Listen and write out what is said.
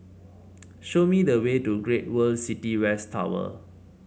show me the way to Great World City West Tower